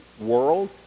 world